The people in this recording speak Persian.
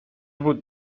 بود